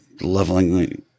leveling